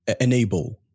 enable